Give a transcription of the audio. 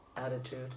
attitude